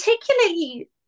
particularly